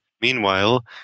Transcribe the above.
meanwhile